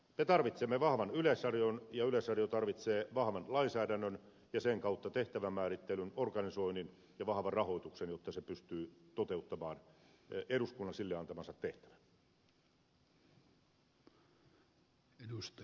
me tarvitsemme vahvan yleisradion ja yleisradio tarvitsee vahvan lainsäädännön ja sen kautta tehtävän määrittelyn organisoinnin ja vahvan rahoituksen jotta se pystyy toteuttamaan eduskunnan sille antaman tehtävän